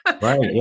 Right